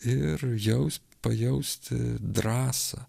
ir jaus pajausti drąsą